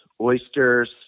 oysters